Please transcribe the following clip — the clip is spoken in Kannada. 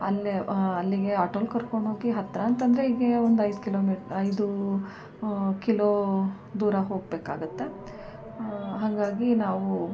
ಅಲ್ಲೇ ಅಲ್ಲಿಗೆ ಆಟೋದಲ್ ಕರ್ಕೊಂಡ್ಹೋಗಿ ಹತ್ತಿರ ಅಂತಂದರೆ ಹೀಗೆ ಒಂದು ಐದು ಕಿಲೋ ಮೀ ಐದು ಕಿಲೋ ದೂರ ಹೋಗ್ಬೇಕಾಗುತ್ತೆ ಹಾಗಾಗಿ ನಾವು